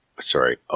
Sorry